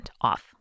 off